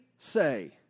say